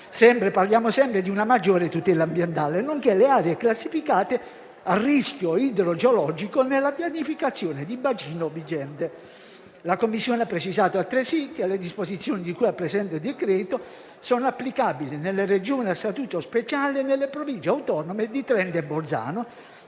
parliamo sempre di una maggiore tutela ambientale - nonché le aree classificate a rischio idrogeologico nella pianificazione di bacino vigente. La Commissione ha precisato altresì che le disposizioni di cui al presente decreto sono applicabili nelle Regioni a Statuto speciale e nelle Province autonome di Trento e Bolzano,